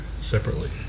separately